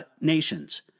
nations